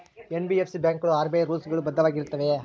NBFC ಬ್ಯಾಂಕುಗಳು RBI rules ಗಳು ಬದ್ಧವಾಗಿ ಇರುತ್ತವೆಯ?